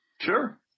Sure